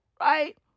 Right